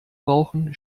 brauchen